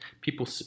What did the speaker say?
People